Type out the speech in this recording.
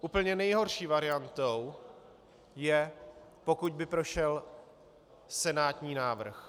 Úplně nejhorší variantou je, pokud by prošel senátní návrh.